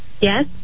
Yes